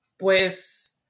Pues